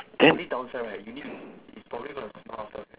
then